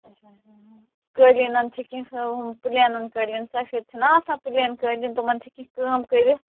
اَچھا اَچھا قٲلیٖنَن چھِ کیٚنٛہہ ہُہ پُلینَن قٲلیٖن سفید چھِنا آسان پُلین قٲلیٖن تِمَن چھِ کیٚنٛہہ کٲم کٔرِتھ